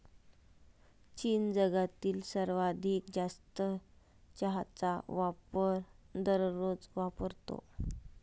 चीन जगातील सर्वाधिक जास्त चहाचा वापर दररोज वापरतो